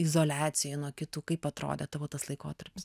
izoliacijoj nuo kitų kaip atrodė tavo tas laikotarpis